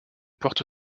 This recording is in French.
porte